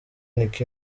nick